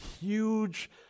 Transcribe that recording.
huge